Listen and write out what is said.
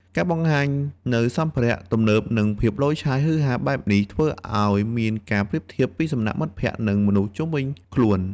ការបង្ហាញនៅសម្ភារៈទំនើបនិងភាពឡូយឆាយហុឺហាបែបនេះធ្វើឲ្យមានការប្រៀបធៀបពីសំណាក់មិត្តភក្តិនិងមនុស្សជុំវីញខ្លួន។